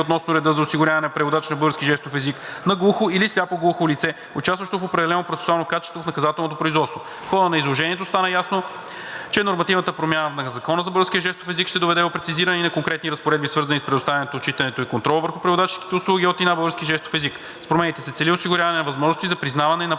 относно реда за осигуряване на преводач на български жестов език на глухо или сляпо-глухо лице, участващо в определено процесуално качество в наказателно производство. В хода на изложението стана ясно, че нормативната промяна на Закона за българския жестов език ще доведе до прецизиране и на конкретни разпоредби, свързани с предоставянето, отчитането и контрола върху преводаческите услуги от и на български жестов език. С промените се цели осигуряване на възможности за признаване на